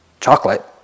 chocolate